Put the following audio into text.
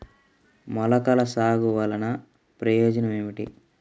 మొలకల సాగు వలన ప్రయోజనం ఏమిటీ?